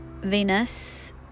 Venus